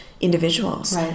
individuals